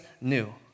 new